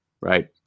right